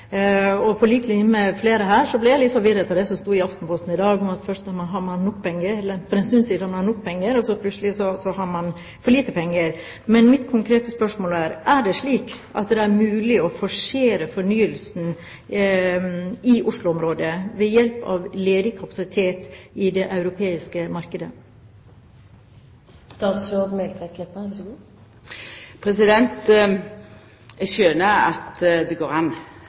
På lik linje med flere her ble jeg litt forvirret av det som sto i Aftenposten i dag; for en stund siden hadde man nok penger, og så plutselig har man for lite penger. Men mitt konkrete spørsmål er: Er det slik at det er mulig å forsere fornyelsen i Oslo-området ved hjelp av ledig kapasitet i det europeiske markedet? Eg skjønar at det går an å lata seg opprøra av at